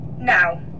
now